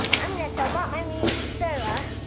i'm gonna tell mom i mean, sarah.